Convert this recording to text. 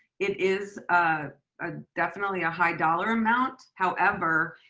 it is ah ah definitely a high dollar amount. however,